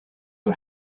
who